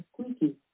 squeaky